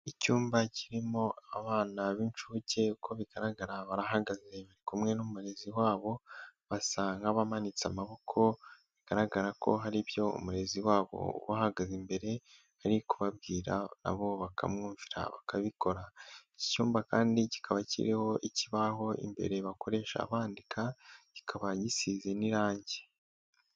Icyumba kirimo abana b'incuke uko bigaragara barahagaze bari kumwe n'umurezi wabo, basanga nabamanitse amaboko bigaragara ko hari ibyo umurezi wabo ubahagaze imbere ari kubabwira na abo bakamwumvira bakabikora. Iki cyumba kandi kikaba kiriho ikibaho imbere bakoresha bandika kikaba gisize n'irangi.